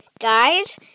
guys